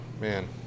man